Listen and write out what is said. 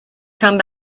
come